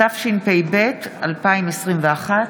התשפ"ב 2021,